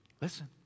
listen